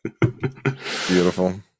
Beautiful